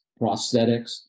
prosthetics